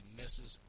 misses